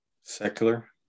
Secular